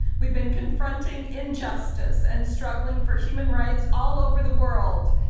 we've been confronting injustice and struggling for human rights all over the world,